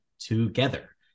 together